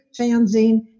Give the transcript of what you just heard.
fanzine